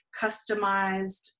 customized